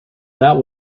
that